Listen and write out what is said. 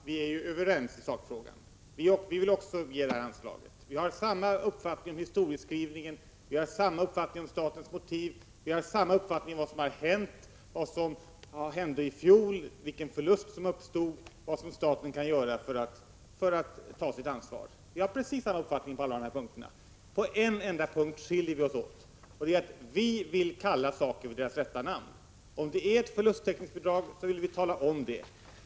Herr talman! Vi är ju överens i sakfrågan. Både Gunnar Ström och jag vill ge det här anslaget. Vi har samma uppfattning om historieskrivningen. Vi har samma uppfattning om statens motiv. Vi har samma uppfattning om vad som har hänt, vad som hände i fjol, vilken förlust som uppstod och vad staten kan göra för att ta sitt ansvar. Vi har precis samma uppfattning på alla de här punkterna. På en enda punkt skiljer vi oss åt: Jag vill kalla saker vid deras rätta namn. Om det är ett förlusttäckningsbidrag, skall man tala om det.